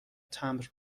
تمبر